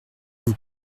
vous